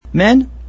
Men